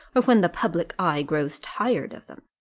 or when the public eye grows tired of them?